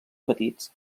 petits